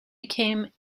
became